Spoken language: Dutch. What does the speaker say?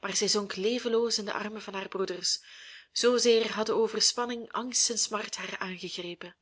maar zij zonk levenloos in de armen van haar broeders zoozeer hadden overspanning angst en smart haar aangegrepen